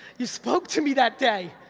you spoke to me that day,